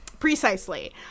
Precisely